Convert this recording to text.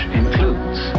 includes